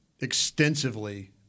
extensively